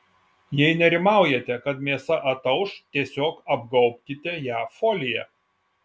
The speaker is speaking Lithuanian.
jei nerimaujate kad mėsa atauš tiesiog apgaubkite ją folija